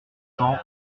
cents